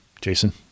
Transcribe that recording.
Jason